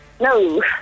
no